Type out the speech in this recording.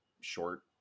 short